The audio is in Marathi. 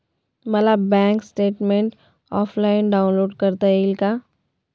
मला बँक स्टेटमेन्ट ऑफलाईन डाउनलोड करता येईल का?